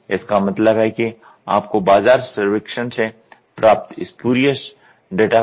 इसका मतलब है कि आपको बाजार सर्वेक्षण से प्राप्त स्पूरियस डेटा को समाप्त करना होता है और आपको इसे करना होगा